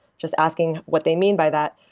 just asking what they mean by that.